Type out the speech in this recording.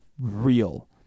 real